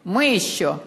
(אומרת משפט בשפה הרוסית.)